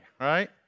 right